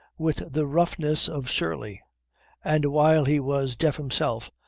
with the roughness of surly and, while he was deaf himself,